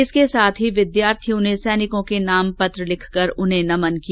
इसके साथ ही विद्यार्थियों ने सैनिकों के नाम पत्र लिखकर उन्हें नमन किया